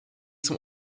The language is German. zum